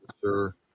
sure